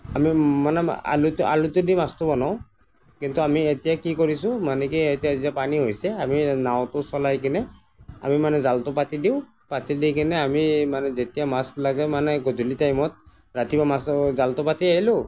আমি মানে আলুটো আলুটো দি মাছটো বনাওঁ কিন্তু আমি এতিয়া কি কৰিছোঁ মানে কি এতিয়া যে পানী হৈছে আমি নাওঁটো চলাই কিনে আমি মানে জালটো পাতি দিওঁ পাতি দি কিনে আমি মানে যেতিয়া মাছ লাগে মানে গধূলি টাইমত ৰাতিপুৱা মাছ জালটো পাতি আহিলোঁ